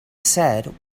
said